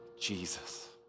Jesus